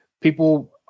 people